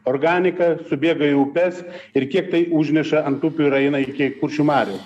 organika subėga į upes ir kiek tai užneša ant upių ir eina iki kuršių marių